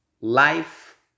life